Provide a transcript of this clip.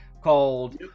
called